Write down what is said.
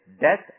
death